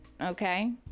okay